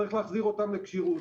צריך להחזיר אותם לכשירות.